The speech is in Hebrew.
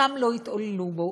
שם לא יתעללו בו,